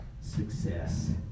success